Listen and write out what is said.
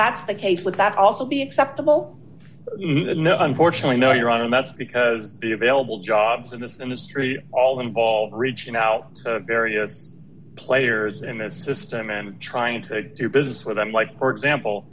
that's the case with that also be acceptable no unfortunately no you're on and that's because the available jobs in this industry all involve reaching out various players in that system and trying to do business with them like for example